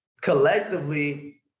collectively